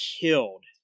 killed